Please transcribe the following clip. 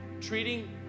treating